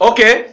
Okay